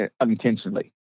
unintentionally